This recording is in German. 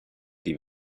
die